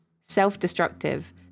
self-destructive